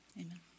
Amen